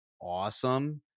awesome